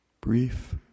Brief